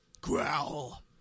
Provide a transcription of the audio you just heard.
Growl